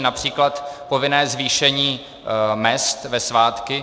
Například povinné zvýšení mezd ve svátky.